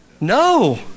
No